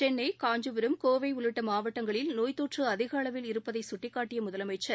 சென்னை காஞ்சிபுரம் கோவை உள்ளிட்ட மாவட்டங்களில் நோய்த் தொற்று அதிக அளவில் இருப்பதை சுட்டிக் காட்டிய முதலமைச்சர்